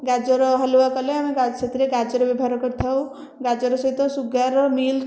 ଗାଜର ହାଲୁଆ କଲେ ଆମେ ଗା ସେଥିରେ ଗାଜର ବ୍ୟବହାର କରିଥାଉ ଗାଜର ସହିତ ସୁଗାର ମିଲ୍କ୍